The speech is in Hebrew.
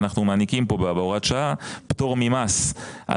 אנחנו מעניקים כאן בהוראת שעה פטור ממס על